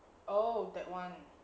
oh that [one]